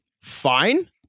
fine